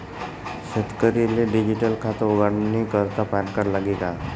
शेतकरीले डिजीटल खातं उघाडानी करता पॅनकार्ड लागी का?